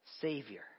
Savior